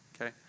okay